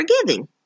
forgiving